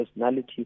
personality